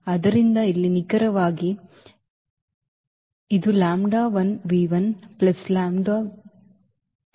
ಆದ್ದರಿಂದ ಇಲ್ಲಿ ನಿಖರವಾಗಿ ಇದು given